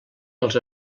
als